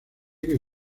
que